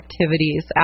activities